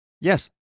Yes